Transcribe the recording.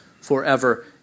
forever